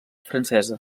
francesa